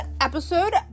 episode